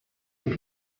est